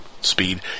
Speed